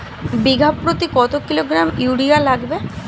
বিঘাপ্রতি কত kilogram urea লাগবে?